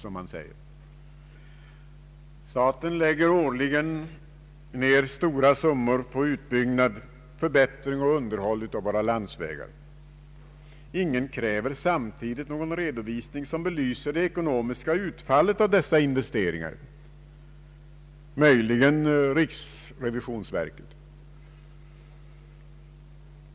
Staten lägger årligen ner stora summor på utbyggnad, förbättring och underhåll av våra landsvägar. Ingen kräver samtidigt någon redovisning som belyser det ekonomiska utfallet av dessa investeringar — möjligen riksrevisionsverket.